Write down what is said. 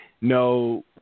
no